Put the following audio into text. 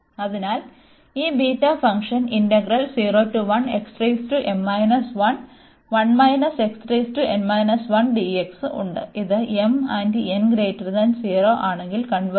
അതിനാൽ ഈ beta function ഉണ്ട് ഇത് ആണെങ്കിൽ ആണെങ്കിൽ ഡൈവേർജ്